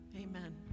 amen